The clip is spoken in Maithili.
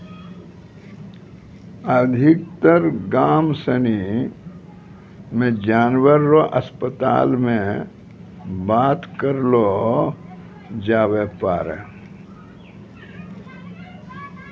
अधिकतर गाम सनी मे जानवर रो अस्पताल मे बात करलो जावै पारै